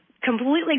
completely